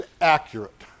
accurate